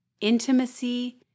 intimacy